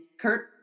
Kurt